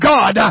God